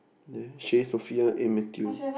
there Shay-Sophia